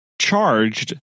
charged